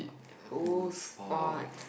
whose fault